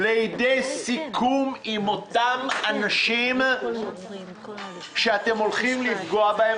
עם אותם אנשים שאתם הולכים לפגוע בהם,